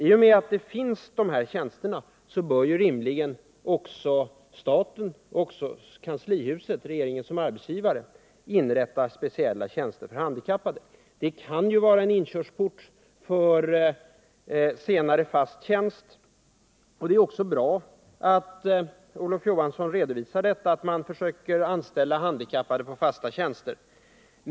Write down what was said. I och med att denna typ av tjänster finns bör rimligen också regeringen som arbetsgivare utnyttja dem. Det kan ju vara en inkörsport för fast anställning senare. Det är bra att man, som Olof Johansson sade, försöker anställa handikappade på fasta tjänster.